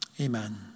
Amen